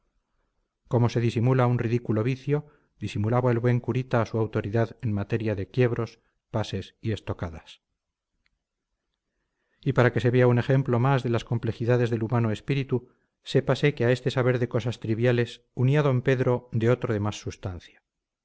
como se disimula un ridículo vicio disimulaba el buen curita su autoridad en materia de quiebros pases y estocadas y para que se vea un ejemplo más de las complejidades del humano espíritu sépase que a este saber de cosas triviales unía don pedro de otro de más sustancia